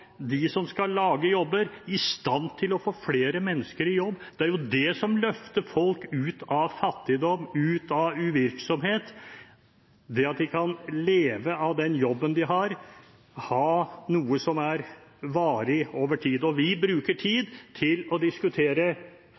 dem som skal lage jobber, i stand til å få flere mennesker i jobb. Det er det som løfter folk ut av fattigdom – ut av uvirksomhet – det at de kan leve av den jobben de har, at de har noe som er varig over tid. Vi bruker tid på å diskutere